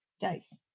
Dice